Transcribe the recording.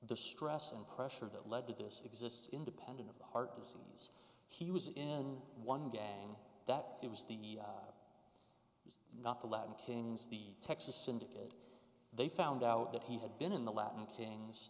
the stress and pressure that led to this exists independent of the heart disease he was in one gang that he was the was not the latin kings the texas syndicate they found out that he had been in the latin kings